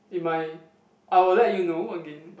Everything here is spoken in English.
in my I will let you know again